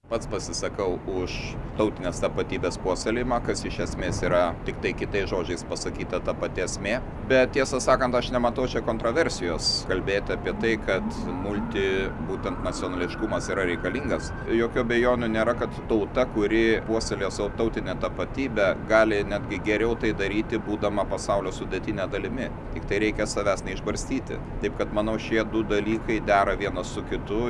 pats pasisakau už tautinės tapatybės puoselėjimą kas iš esmės yra tiktai kitais žodžiais pasakyta ta pati esmė bet tiesą sakant aš nematau čia kontroversijos kalbėti apie tai kad multi būtent nacionališkumas yra reikalingas jokių abejonių nėra kad tauta kuri puoselėja savo tautinę tapatybę gali netgi geriau tai daryti būdama pasaulio sudėtine dalimi tiktai reikia savęs neišbarstyti taip kad manau šie du dalykai dera vienas su kitu